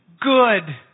Good